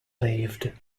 lived